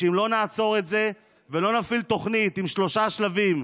אם לא נעצור את זה ולא נפעיל תוכנית עם שלושה שלבים,